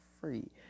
free